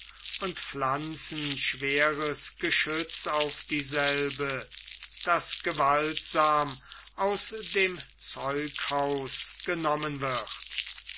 und pflanzen schweres geschütz auf dieselbe das gewaltsam aus dem zeughause genommen wird